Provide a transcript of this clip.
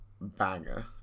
banger